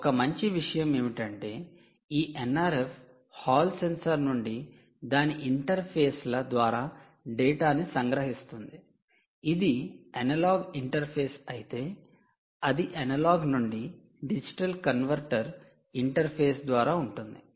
ఒక మంచి విషయం ఏమిటంటే ఈ NRF హాల్ సెన్సార్ నుండి దాని ఇంటర్ఫేస్ల ద్వారా డేటాను సంగ్రహిస్తుంది ఇది అనలాగ్ ఇంటర్ఫేస్ అయితే అది అనలాగ్ నుండి డిజిటల్ కన్వర్టర్ ఇంటర్ఫేస్ ద్వారా ఉంటుంది